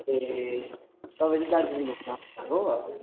ए तपाईँ चाहिँ दार्जिलिङ घुम्न आउनु भएको